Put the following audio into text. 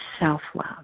self-love